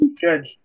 good